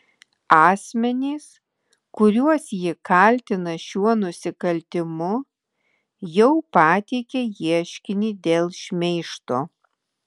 asmenys kuriuos ji kaltina šiuo nusikaltimu jau pateikė ieškinį dėl šmeižto